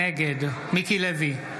נגד מיקי לוי,